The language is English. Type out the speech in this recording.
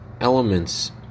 elements